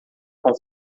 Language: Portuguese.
com